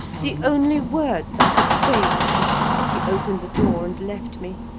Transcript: the only words i could say to trottle as he opened the door and left me,